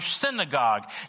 synagogue